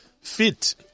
fit